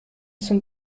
zum